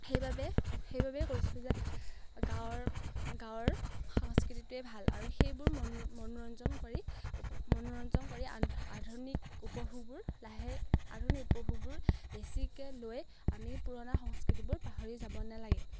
সেইবাবে সেইবাবেই কৈছোঁ যে গাঁৱৰ গাঁৱৰ সংস্কৃতিটোৱেই ভাল আৰু সেইবোৰ মন মনোৰঞ্জন কৰি মনোৰঞ্জন কৰি আ আধুনিক উপভোগবোৰ লাহে আধুনিক উপভোগবোৰ বেছিকৈ লৈ আমি পুৰণা সংস্কৃতিবোৰ পাহৰি যাব নালাগে